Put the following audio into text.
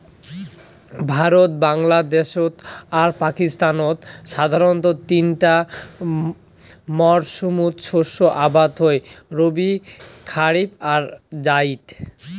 ভারত, বাংলাদ্যাশ আর পাকিস্তানত সাধারণতঃ তিনটা মরসুমত শস্য আবাদ হই রবি, খারিফ আর জাইদ